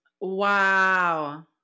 Wow